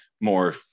more